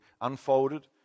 unfolded